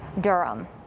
Durham